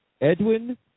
Edwin